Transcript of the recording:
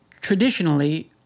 traditionally